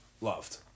loved